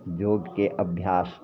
योगके अभ्यास